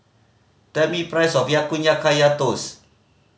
tell me price of Ya Kun ya Kaya Toast